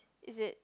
is it